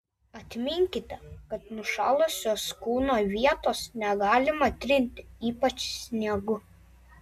atminkite kad nušalusios kūno vietos negalima trinti ypač sniegu